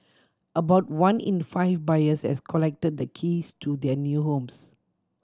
about one in five buyers has collected the keys to their new homes